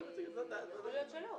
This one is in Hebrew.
הוא יקבל סגן נוסף, הוא חייב להיות ערבי.